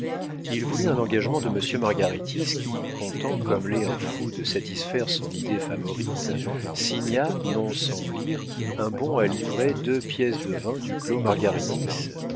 il voulut un engagement de monsieur margaritis qui content comme l'est un fou de satisfaire son idée favorite signa non sans lire un bon à livrer deux pièces de vin du clos